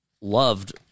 loved